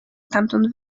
stamtąd